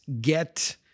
get